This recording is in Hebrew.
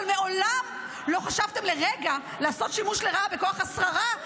אבל מעולם לא חשבתם לרגע לעשות שימוש לרעה בכוח השררה,